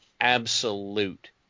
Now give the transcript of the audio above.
absolute